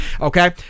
Okay